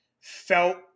felt